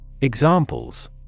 Examples